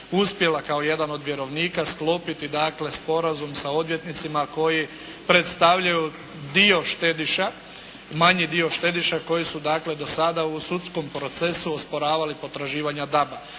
uspjela kao jedan od vjerovnika sklopiti sporazum sa odvjetnicima koji predstavljaju dio štediša, manji dio štediša koji su do sada u sudskom procesu osporavali potraživanja DABA.